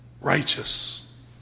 righteous